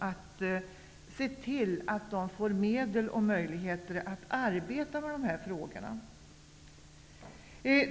Vi bör se till att man får medel och möjligheter att arbeta med de här frågorna.